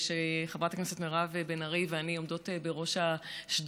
חברת הכנסת מירב בן ארי ואני עומדות בראש השדולה.